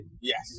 yes